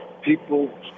people